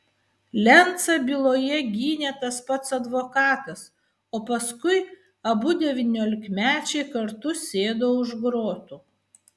lencą byloje gynė tas pats advokatas o paskui abu devyniolikmečiai kartu sėdo už grotų